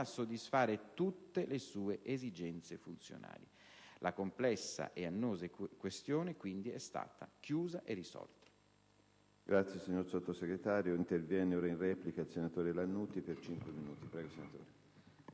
a soddisfare tutte le sue esigenze funzionali. La complessa e annosa questione, quindi, è stata chiusa e risolta.